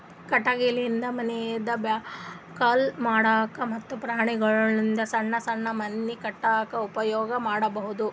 ಕಟಗಿಲಿಂದ ಮನಿದ್ ಬಾಕಲ್ ಮಾಡಕ್ಕ ಮತ್ತ್ ಪ್ರಾಣಿಗೊಳ್ದು ಸಣ್ಣ್ ಸಣ್ಣ್ ಮನಿ ಕಟ್ಟಕ್ಕ್ ಉಪಯೋಗಿಸಬಹುದು